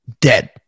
dead